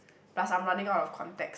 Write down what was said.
plus I'm running out of contacts